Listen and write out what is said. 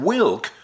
Wilk